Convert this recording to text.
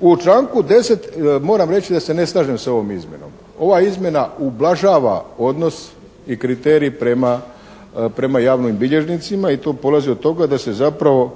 U članku 10. moram reći da se ne slažem sa ovom izmjenom. Ova izmjena ublažava odnos i kriterij prema javnim bilježnicima i tu polazi od toga da se zapravo